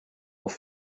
auch